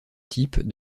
type